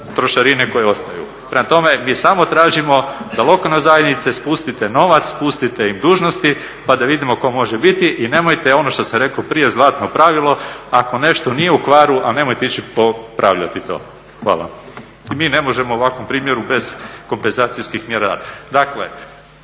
trošarine koje ostaju. Prema tome, mi samo tražimo da lokalnoj zajednici spustite novac, spustite im dužnosti pa da vidimo tko može biti i nemojte ono što sam rekao prije zlatno pravilo, ako nešto nije u kvaru nemojte ići popravljati to. Hvala. Mi ne možemo na ovakvom primjeru bez kompenzacijskih mjera, dakle